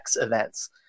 events